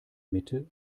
mitte